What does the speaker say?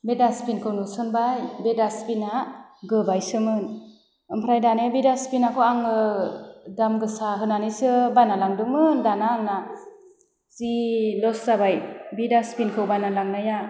बे डासबिनखौ नुसनबाय बे डासबिना गोबायसोमोन ओमफ्राय दानिया बे डासबिनाखौ आङो दाम गोसा होनानैसो बायनानै लांदोंमोन दाना आंना जि लस जाबाय बि डासबिनखौ बायनानै लांनाया